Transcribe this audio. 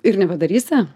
ir nepadarysi